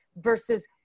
versus